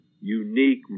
unique